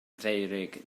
feurig